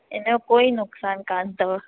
इनजो कोई नुकसानु कोन्ह अथव